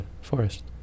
forest